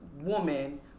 woman